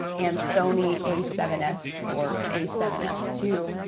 and sony a seven s or a seven s two,